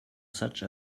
such